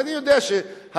ואני יודע שהליכוד,